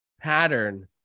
pattern